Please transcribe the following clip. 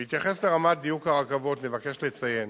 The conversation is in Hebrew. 5. בהתייחס לרמת דיוק הרכבות נבקש לציין